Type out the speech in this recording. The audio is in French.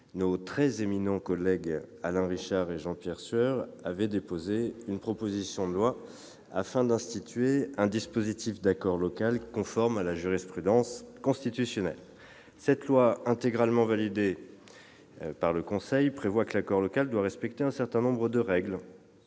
nos très éminents collègues Alain Richard et Jean-Pierre Sueur avaient déposé une proposition de loi tendant à instituer un dispositif d'accord local conforme à la jurisprudence constitutionnelle. La loi ainsi votée, intégralement validée par le Conseil constitutionnel, dispose que l'accord local doit respecter un certain nombre de règles